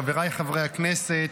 חבריי חברי הכנסת,